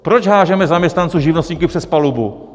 Proč hážeme zaměstnance, živnostníky přes palubu?